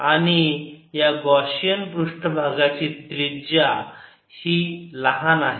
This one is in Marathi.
आणि या गाशिअन पृष्ठभागाची त्रिज्या ही लहान आहे